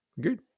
Good